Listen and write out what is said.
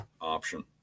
option